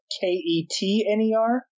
K-E-T-N-E-R